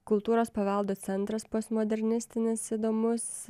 kultūros paveldo centras postmodernistinis įdomus